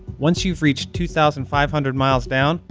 once you've reached two thousand five hundred miles down,